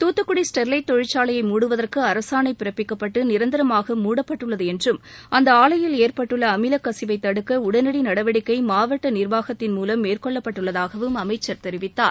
தூத்துக்குட Sterlite தொழிற்சாலையை மூடுவதற்கு அரசாணை பிறப்பிக்கப்பட்டு நிரந்தரமாக மூடப்பட்டுள்ளது என்றும் அந்த ஆவையில் ஏற்பட்டுள்ள அமில கசிவைத் தடுக்க உடனடி நடவடிக்கை மாவட்ட நிர்வாகத்தின் மூலம் மேற்கொள்ளப்பட்டுள்ளதாகவும் அமைச்சர் தெரிவித்தார்